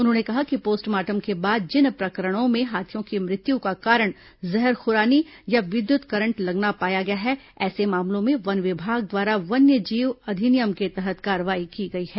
उन्होंने कहा कि पोस्टमार्टम के बाद जिन प्रकरणों में हाथियों की मृत्यु का कारण जहरखुरानी या विद्युत करंट लगना पाया गया है ऐसे मामलों में वन विभाग द्वारा वन्यजीव अधिनियम के तहत कार्रवाई की गई है